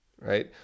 Right